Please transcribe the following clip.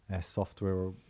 software